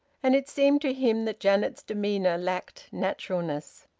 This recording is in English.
and it seemed to him that janet's demeanour lacked naturalness.